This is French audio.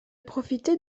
profité